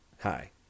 Hi